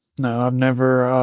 no. i've never